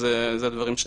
אלה הדברים...